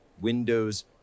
windows